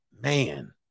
man